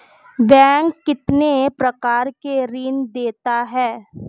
Bank कितने प्रकार के ऋण देता है?